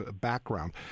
background